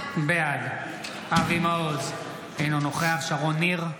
בעד אבי מעוז, אינו נוכח שרון ניר,